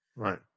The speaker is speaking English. Right